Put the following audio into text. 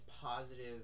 positive